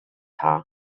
审查